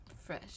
Fresh